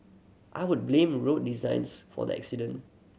I would blame road designs for the accident